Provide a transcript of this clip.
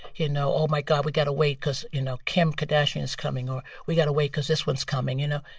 you know, oh, my god, we got to wait because, you know, kim kardashian's coming, or we got to to wait because this one's coming, you know.